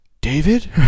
David